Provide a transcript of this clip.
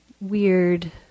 weird